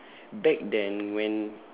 back then when